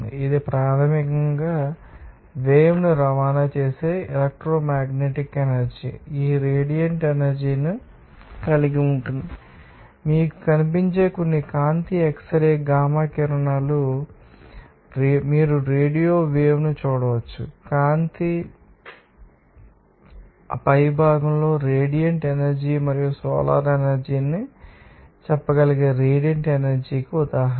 ఇది ప్రాథమికంగా మీరు వేవ్ ను రవాణా చేసే ఎలెక్ట్రోమేగ్నటిక్ ఎనర్జీ మరియు ఈ రేడియంట్ ఎనర్జీని కలిగి ఉంటుంది మీకు కనిపించే కొన్ని కాంతి ఎక్స్ రే గామా కిరణాలు తెలుసు మరియు మీరు రేడియో వేవ్ ను చూడవచ్చు మరియు కాంతి మీకు తెలిసిన వాటిలో ఒకటి పైభాగం రేడియంట్ ఎనర్జీ మరియు సోలార్ ఎనర్జీ మీరు చెప్పగలిగే రేడియంట్ ఎనర్జీకి ఉదాహరణ